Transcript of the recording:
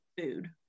food